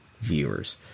viewers